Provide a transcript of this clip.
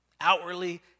outwardly